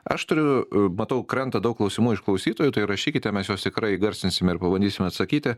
aš turiu matau krenta daug klausimų iš klausytojų tai rašykite mes juos tikrai įgarsinsim ir pabandysim atsakyti